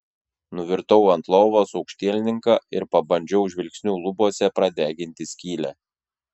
nuvirtau ant lovos aukštielninka ir pabandžiau žvilgsniu lubose pradeginti skylę